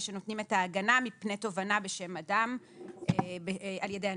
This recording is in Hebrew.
שנותנים את ההגנה מפני תובענה בשם אדם על ידי הנציבות.